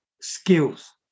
skills